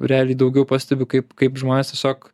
realiai daugiau pastebiu kaip kaip žmonės tiesiog